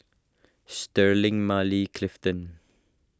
Sterling Marley Clifton